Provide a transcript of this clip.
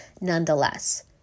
nonetheless